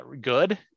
good